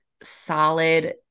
solid